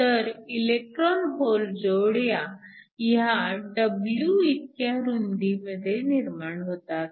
तर electron hole जोड्या ह्या w इतक्या रुंदीमध्ये निर्माण होतात